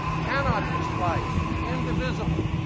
cannot be sliced indivisible.